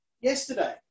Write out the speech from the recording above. yesterday